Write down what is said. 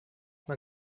man